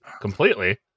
completely